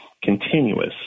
continuous